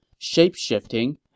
shape-shifting